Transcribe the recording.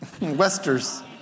Wester's